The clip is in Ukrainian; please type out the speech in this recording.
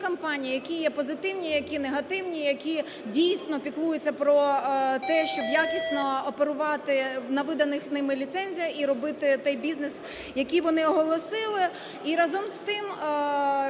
ті компанії, які є позитивні, які негативні, які дійсно піклуються про те, щоб якісно оперувати на виданих ними ліцензіях і робити той бізнес, який вони оголосили.